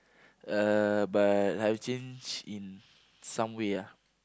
uh but I've changed in some way ah